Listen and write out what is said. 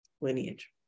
lineage